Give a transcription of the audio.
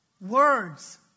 words